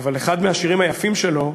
אחד השירים היפים שלו,